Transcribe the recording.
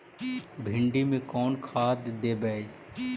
भिंडी में कोन खाद देबै?